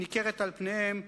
ניכרת על פניהם.